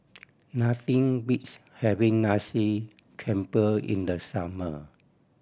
nothing beats having Nasi Campur in the summer